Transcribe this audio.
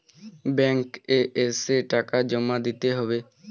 Bank এ এসে টাকা জমা দিতে হবে?